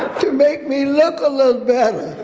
to make me look a little better.